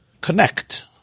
connect